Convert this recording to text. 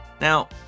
Now